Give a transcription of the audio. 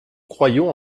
croyons